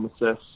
assess